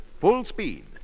full-speed